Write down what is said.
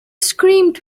screamed